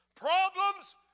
Problems